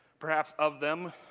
perhaps of them,